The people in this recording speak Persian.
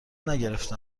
نگرفته